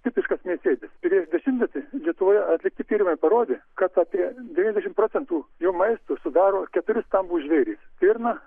tipiškas mėsėdis prieš dešimtmetį lietuvoje atlikti tyrimai parodė kad apie devyniasdešimt procentų jo maisto sudaro keturi stambūs žvėrys stirna